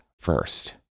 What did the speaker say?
first